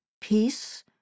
peace